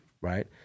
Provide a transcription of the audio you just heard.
right